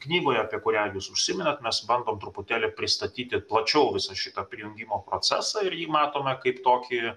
knygoje apie kurią jūs užsiminėt mes bandom truputėlį pristatyti plačiau visą šitą prijungimo procesą ir jį matome kaip tokį